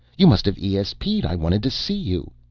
you must have esped i wanted to see you,